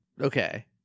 Okay